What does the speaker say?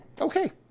Okay